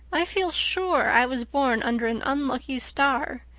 i feel sure i was born under an unlucky star.